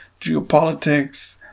geopolitics